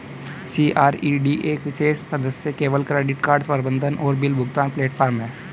CRED एक विशेष सदस्य केवल क्रेडिट कार्ड प्रबंधन और बिल भुगतान प्लेटफ़ॉर्म है